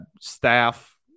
staff